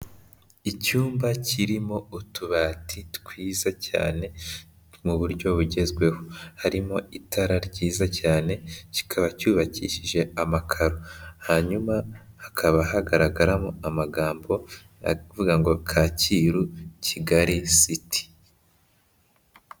Icyumba kirimo utubati twiza cyane mu buryo bugezweho, harimo itara ryiza cyane, kikaba cyubakishije amakaro, hanyuma hakaba hagaragaramo amagambo avuga ngo Kacyiru Kigali siti.